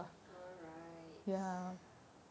alrights